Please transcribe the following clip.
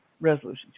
resolutions